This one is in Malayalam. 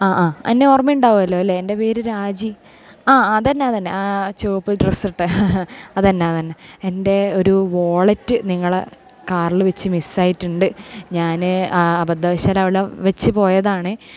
എന്നെ ഓർമ്മ ഉണ്ടാവുമല്ലോ അല്ലേ എൻ്റെ പേര് രാജി ആ അത് തന്നെ അത് തന്നെ ആ ചുവപ്പ് ഡ്രെസ്സ് ഇട്ട അത് തന്നെ അത് തന്നെ എൻ്റെ ഒരു വോലറ്റ് നിങ്ങളെ കാറിൽ വച്ച് മിസ്സായിട്ടുണ്ട് ഞാൻ അബദ്ധവശാൽ അവിടെ വച്ച് പോയതാണ്